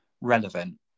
relevant